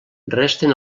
resten